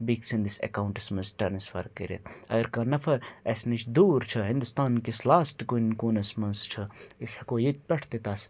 بیٚکہِ سٕنٛدِس اٮ۪کاوُنٛٹَس منٛز ٹرٛانَسفَر کٔرِتھ اگر کانٛہہ نَفَر اَسہِ نِش دوٗر چھِ ہِنٛدوستان کِس لاسٹ کُنہِ کوٗنَس منٛز چھِ أسۍ ہٮ۪کو ییٚتہِ پٮ۪ٹھ تہِ تَتھ